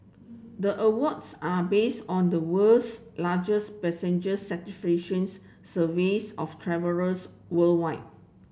the awards are based on the world's largest passenger surveys of travellers worldwide